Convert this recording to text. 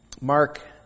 Mark